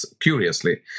curiously